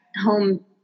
home